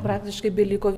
praktiškai beliko